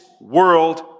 world